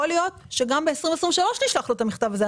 יכול להיות שגם ב-2023 נשלח לו את המכתב הזה.